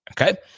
Okay